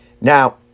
Now